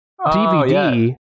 DVD